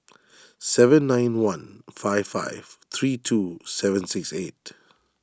seven nine one five five three two seven six eight